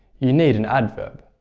you need an adverb.